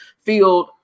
field